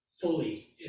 fully